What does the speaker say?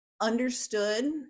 understood